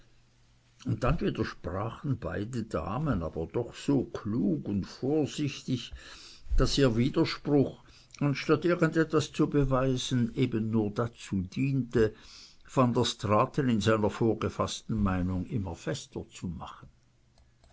und dann widersprachen beide damen aber doch so klug und so vorsichtig daß ihr widerspruch anstatt irgend etwas zu beweisen eben nur dazu diente van der straaten in seiner vorgefaßten meinung immer fester zu machen